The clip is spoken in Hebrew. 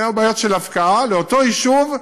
היו בעיות של הפקעה לאותו יישוב,